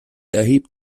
erhebt